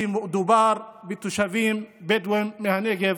כי מדובר בתושבים בדואים מהנגב.